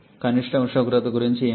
కనిష్ట ఉష్ణోగ్రత గురించి ఏమిటి